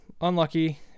unlucky